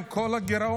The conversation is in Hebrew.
עם כל הגירעון,